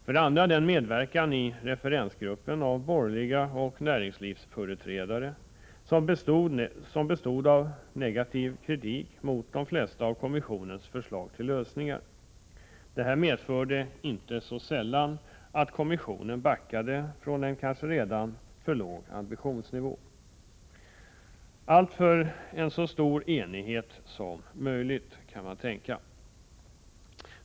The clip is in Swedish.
För det andra medverkade i referensgruppen företrädare för de borgerliga och för näringslivsintressen, och från dem riktades negativ kritik mot de flesta av kommissionens förslag till lösningar. Detta medförde inte sällan att kommissionen backade från en kanske redan för låg ambitionsnivå; i syfte att nå en så stor enighet som möjligt, kan man tänka.